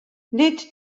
nid